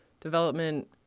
development